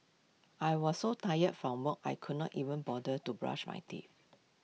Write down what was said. I was so tired from work I could not even bother to brush my teeth